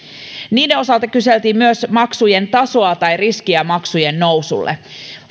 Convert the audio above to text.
niiden osalta kyseltiin myös maksujen tasoa tai riskiä maksujen nousulle